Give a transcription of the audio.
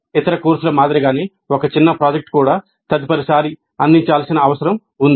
ఇతర కోర్సుల మాదిరిగానే ఒక చిన్న ప్రాజెక్ట్ కూడా తదుపరిసారి అందించాల్సిన అవసరం ఉంది